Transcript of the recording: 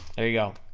there you go.